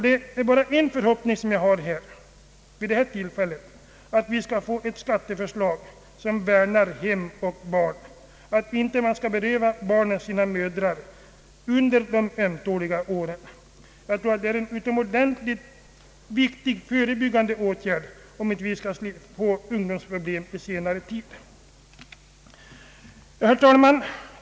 Jag har den förhoppningen att vi skall få ett skatteförslag som värnar om hem och barn och att man inte skall beröva barnen deras mödrar under de ömtåliga åren. Detta är en utomordentligt viktig förebyggande åtgärd för att slippa ungdomsproblem senare. Herr talman!